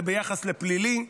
זה ביחס לפלילי,